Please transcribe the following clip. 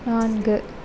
நான்கு